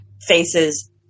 faces